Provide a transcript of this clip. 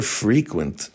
frequent